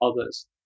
others